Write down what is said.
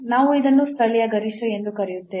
ನಾವು ಇದನ್ನು ಸ್ಥಳೀಯ ಗರಿಷ್ಠ ಎಂದು ಕರೆಯುತ್ತೇವೆ